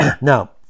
Now